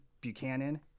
Buchanan